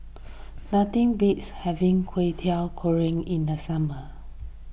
nothing beats having Kway Teow Goreng in the summer